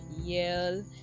yell